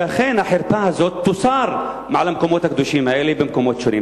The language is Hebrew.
שאכן החרפה הזאת תוסר מעל המקומות הקדושים האלה במקומות שונים.